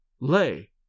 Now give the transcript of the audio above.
lay